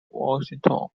washington